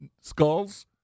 Skulls